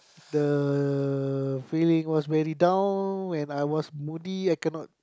the feeling was very down when I was moody I cannot